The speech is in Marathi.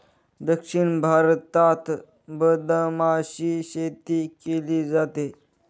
दक्षिण भारतात बदामाची शेती केली जाते